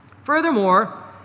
Furthermore